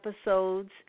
episodes